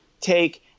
take